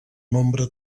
nombre